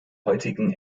heutigen